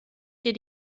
dir